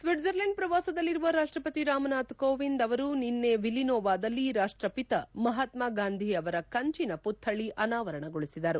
Switzerland ಪ್ರವಾಸದಲ್ಲಿರುವ ರಾಷ್ಷಪತಿ ರಾಮನಾಥ ಕೋವಿಂದ್ ಅವರು ನಿನ್ನೆ ವಿಲ್ಲೆನ್ಡೂವ್ನಲ್ಲಿ ರಾಷ್ಷಪಿತ ಮಹಾತ್ಮಾಗಾಂಧಿ ಅವರ ಕಂಚಿನ ಪುತ್ಥಳಿ ಅನಾವರಣಗೊಳಿಸಿದರು